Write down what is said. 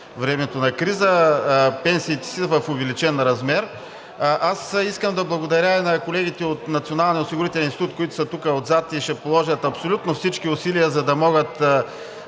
времето на криза пенсиите си в увеличен размер. Искам да благодаря на колегите от Националния осигурителен институт, които са тук отзад и ще положат абсолютно всички усилия, за да могат